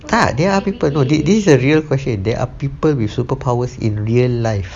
tak there are people you know this this is a real question there are people with superpowers in real life